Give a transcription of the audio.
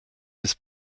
his